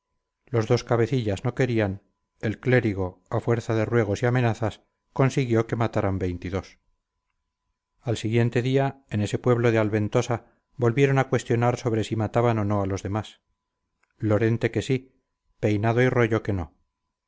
los dos cabecillas no querían el clérigo a fuerza de ruegos y amenazas consiguió que mataran veintidós al siguiente día en ese pueblo de alventosa volvieron a cuestionar sobre si mataban o no a los demás lorente que sí peinado y royo que no